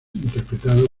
interpretado